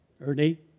Ernie